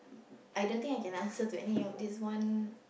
I don't think I can answer to any of this one